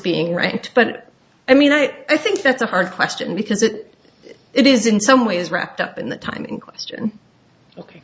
being right but i mean i think that's a hard question because it it is in some ways wrapped up in the time in question ok